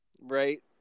right